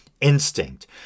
instinct